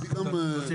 להוציא גם.